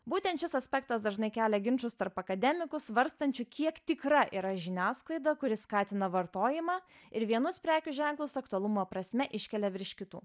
būtent šis aspektas dažnai kelia ginčus tarp akademikų svarstančių kiek tikra yra žiniasklaida kuri skatina vartojimą ir vienus prekių ženklus aktualumo prasme iškelia virš kitų